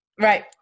Right